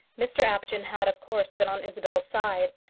mr apjohn had, of course, been on isabel's side.